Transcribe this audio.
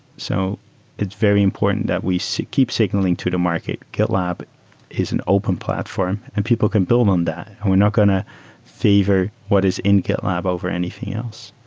so it's very important that we so keep signaling to the market. gitlab is an open platform and people can build on that. we're not going to favor what is in gitlab over anything else.